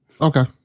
Okay